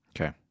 Okay